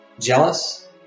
jealous